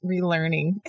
relearning